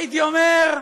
הייתי אומר,